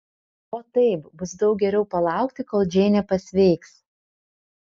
o taip bus daug geriau palaukti kol džeinė pasveiks